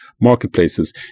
marketplaces